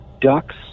ducks